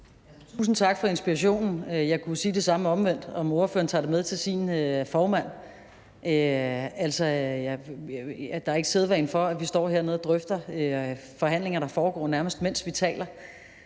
Tusind tak for inspirationen. Jeg kunne omvendt sige det samme: Om ordføreren ikke tager det med til sin formand. Der er ikke sædvane for, at vi står hernede og drøfter forhandlinger, der foregår, nærmest mens vi taler,